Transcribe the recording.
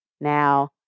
Now